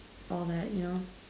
all that you know